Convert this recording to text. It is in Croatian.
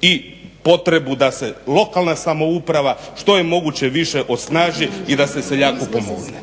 i potrebu da se lokalna samouprava što je moguće više osnaži i da se seljaku pomogne.